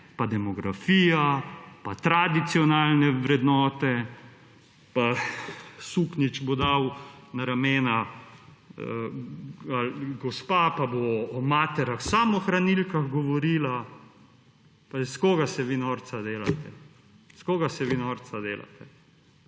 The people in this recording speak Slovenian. za demografija pa tradicionalne vrednote pa suknjič bo dal na ramena gospa pa bo o materah samohranilkah govorila. Iz koga se vi norca delate,